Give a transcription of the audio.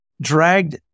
dragged